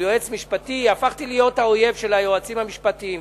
הפכתי להיות האויב של היועצים המשפטיים,